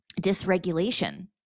dysregulation